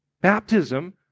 Baptism